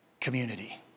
community